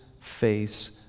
face